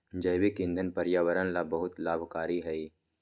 जैविक ईंधन पर्यावरण ला बहुत लाभकारी हई